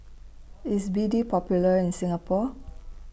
IS B D Popular in Singapore